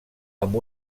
amb